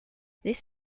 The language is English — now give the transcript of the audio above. this